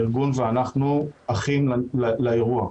הארגון ואנחנו אחים לאירוע.